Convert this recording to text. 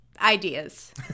ideas